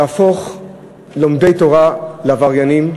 להפוך לומדי תורה לעבריינים,